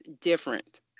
different